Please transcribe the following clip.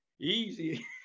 Easy